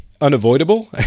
unavoidable